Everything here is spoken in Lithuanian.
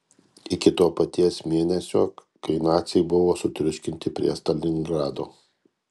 iki to paties mėnesio kai naciai buvo sutriuškinti prie stalingrado